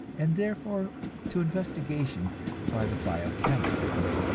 and therefore to investigation by the bio-chemists.